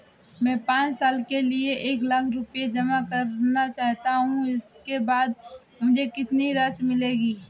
मैं पाँच साल के लिए एक लाख रूपए जमा करना चाहता हूँ इसके बाद मुझे कितनी राशि मिलेगी?